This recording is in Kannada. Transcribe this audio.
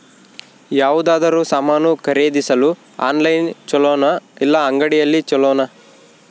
ಯಾವುದಾದರೂ ಸಾಮಾನು ಖರೇದಿಸಲು ಆನ್ಲೈನ್ ಛೊಲೊನಾ ಇಲ್ಲ ಅಂಗಡಿಯಲ್ಲಿ ಛೊಲೊನಾ?